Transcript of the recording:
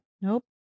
Nope